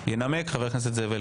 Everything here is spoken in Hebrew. ינמק חבר הכנסת זאב אלקין.